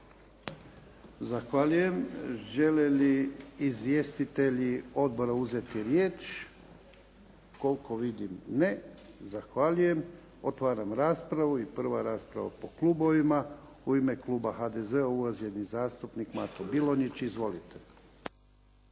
Zahvaljujem. Žele li izvjestitelji Odbora uzeti riječ? Koliko vidim ne. Zahvaljujem. Otvaram raspravu. Prvo rasprava po klubovima. U ime kluba HDZ-a uvaženi zastupnik Mato Bilonjić. Izvolite.